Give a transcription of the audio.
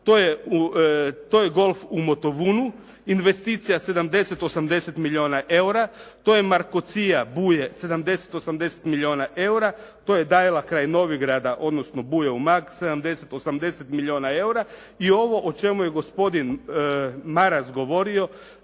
To je golf u Motovunu investicija 79-80 milijuna eura, to je "Markocija" Buje 70-80 milijuna eura, to je "Dajla" kraj Novigrada odnosno Buje, Umag 70-80 milijuna eura i ovo o čemu je gospodin Maras govorio